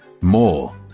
More